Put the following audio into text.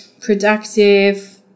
productive